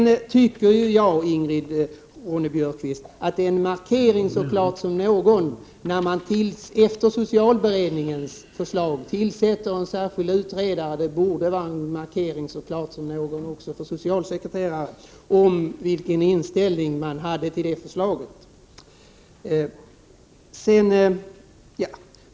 Jag tycker, Ingrid Ronne-Björkqvist, att det var en mycket klar markering man gjorde när man efter socialberedningens förslag tillsatte en särskild utredare. Det borde, också för socialsekreterare, vara en mycket klar markering av vilken inställning man hade till det förslaget.